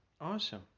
Awesome